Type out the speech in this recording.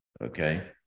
Okay